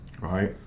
right